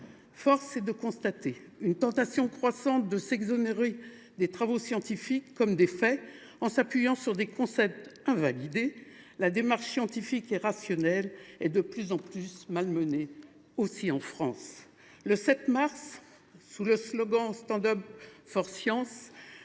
Force est de constater une tentation croissante de s’exonérer des travaux scientifiques comme des faits en s’appuyant sur des concepts invalidés. La démarche scientifique et rationnelle est de plus en plus malmenée en France. Le 7 mars dernier, sous le slogan, des mobilisations,